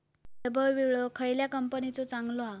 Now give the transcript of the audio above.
वैभव विळो खयल्या कंपनीचो चांगलो हा?